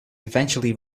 eventually